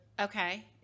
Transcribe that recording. Okay